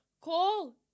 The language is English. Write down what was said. call